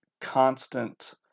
constant